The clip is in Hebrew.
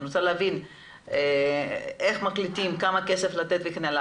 אני רוצה להבין איך מחליטים כמה כסף לתת וכן הלאה.